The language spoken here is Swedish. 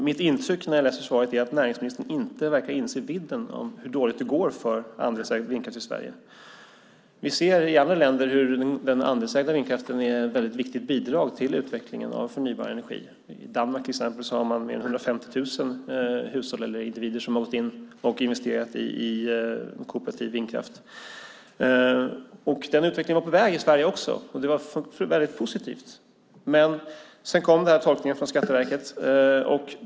Mitt intryck när jag läser svaret är att näringsministern inte verkar inse vidden av hur dåligt det går för andelsägd vindkraft i Sverige. Vi ser i andra länder hur den andelsägda vindkraften är ett väldigt viktigt bidrag till utvecklingen av förnybar energi. I till exempel Danmark har man mer än 150 000 hushåll eller individer som har gått in och investerat i kooperativ vindkraft. Den utvecklingen var på väg också i Sverige, och det var väldigt positivt. Men sedan kom tolkningen från Skatteverket.